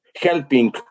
helping